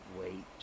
wait